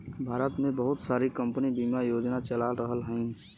भारत में बहुत सारी कम्पनी बिमा योजना चला रहल हयी